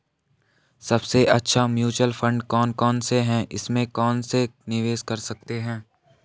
सबसे अच्छे mutual fund कौन कौनसे हैं इसमें कैसे निवेश कर सकते हैं?